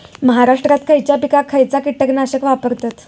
महाराष्ट्रात खयच्या पिकाक खयचा कीटकनाशक वापरतत?